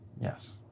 Yes